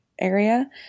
area